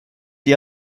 ihr